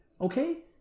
Okay